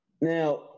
Now